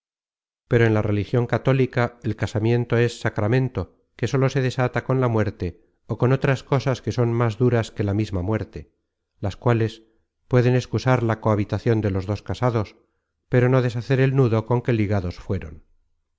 pero en la religion católica el casamiento es sacramento que sólo se desata con la muerte ó con otras cosas que son más duras que la mi ma muerte las cuales pueden excusar la cohabitacion de los dos casados pero no deshacer el nudo con que ligados fueron